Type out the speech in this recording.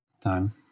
time